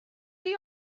chi